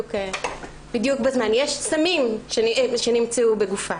בדיוק בזמן יש סמים שנמצאו בגופה.